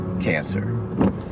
cancer